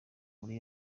muri